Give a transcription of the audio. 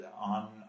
on